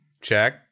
Check